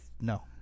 No